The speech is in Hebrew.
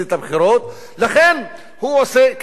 לכן הוא עושה קיצוצים זוחלים,